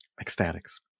Ecstatics